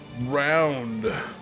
Round